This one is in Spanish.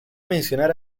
mencionar